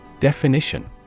Definition